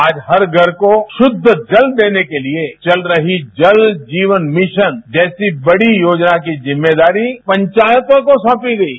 आज हर घर को शुद्व जल देने के लिए चल रही जल जीवन मिशन जैसी बडी योजना की जिम्मेदारी पंचायतों को सौंपी गई है